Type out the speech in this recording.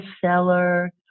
seller